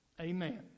Amen